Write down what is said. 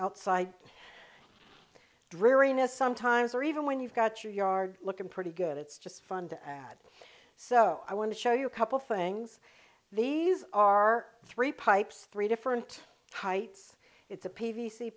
dreariness sometimes or even when you've got your yard looking pretty good it's just fun to add so i want to show you a couple things these are three pipes three different heights it's a p